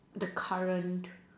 the current